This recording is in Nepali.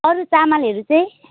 अरू चामलहरू चाहिँ